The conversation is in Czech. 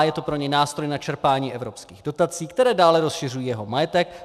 Je to pro něj nástroj na čerpání evropských dotací, které dále rozšiřují jeho majetek.